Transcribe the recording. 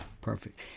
perfect